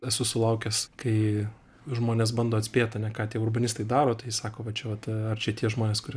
esu sulaukęs kai žmonės bando atspėt ką tie urbanistai daro tai sako va čia vat ar čia tie žmonės kurie